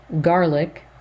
garlic